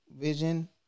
Vision